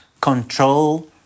control